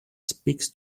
speaks